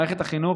מערכת החינוך,